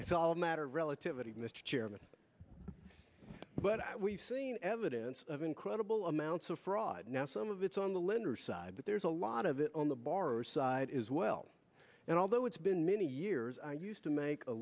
it's all a matter of relativity mr chairman but we've seen evidence of incredible amounts of fraud now some of it's on the lender side but there's a lot of it on the bar's side is well and although it's been many years i used to make a